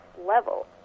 level